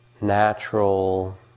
natural